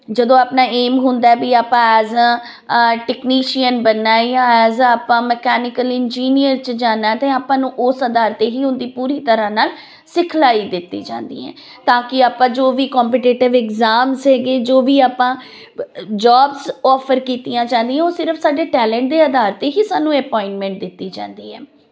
ਜਦੋਂ ਆਪਣਾ ਏਮ ਹੁੰਦਾ ਵੀ ਆਪਾਂ ਐਜ ਟੈਕਨੀਸ਼ੀਅਨ ਬਣਨਾ ਜਾਂ ਐ ਆ ਆਪਾਂ ਮਕਾਨੀਕਲੀ ਇੰਜੀਨੀਅਰ 'ਚ ਜਾਨਾ ਤੇ ਆਪਾਂ ਨੂੰ ਉਸ ਅਧਾਰ ਤੇ ਹੀ ਉਹਦੀ ਪੂਰੀ ਤਰ੍ਹਾਂ ਨਾਲ ਸਿਖਲਾਈ ਦਿੱਤੀ ਜਾਂਦੀ ਹੈ ਤਾਂ ਕੀ ਆਪਾਂ ਜੋ ਵੀ ਕੰਪੀਟੀਟਿਵ ਐਗਜ਼ਾਮ ਹੈਗੇ ਜੋ ਵੀ ਆਪਾਂ ਜੋਬਸ ਆਫਰ ਕੀਤੀਆਂ ਜਾਂਦੀਆਂ ਉਹ ਸਿਰਫ ਸਾਡੇ ਟੈਲੈਂਟ ਦੇ ਆਧਾਰ ਤੇ ਹੀ ਸਾਨੂੰ ਅਪੋਆਇੰਟਮੈਂਟ ਦਿੱਤੀ ਜਾਂਦੀ ਹੈ